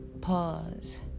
pause